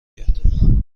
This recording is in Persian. کرد